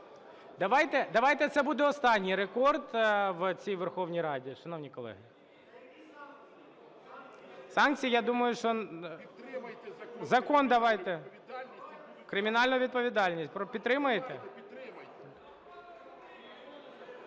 Давайте це буде останній рекорд в цій Верховній Раді, шановні колеги. Санкції, я думаю, що… Закон давайте… Кримінальна відповідальність. Підтримаєте?